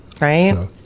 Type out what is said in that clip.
right